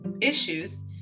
issues